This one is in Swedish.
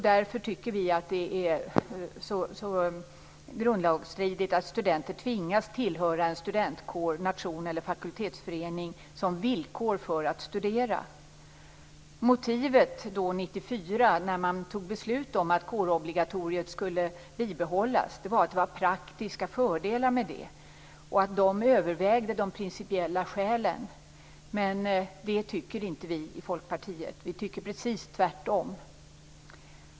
Vi tycker därför att det är grundlagsstridigt att studenter tvingas tillhöra en studentkår, nation eller fakultetsförening som villkor för att få studera. Motivet år 1994 när man fattade beslut om att kårobligatoriet skulle bibehållas var att det var praktiska fördelar med det som övervägde de principiella skälen. Det tycker inte vi i Folkpartiet. Vi tycker precis tvärtom.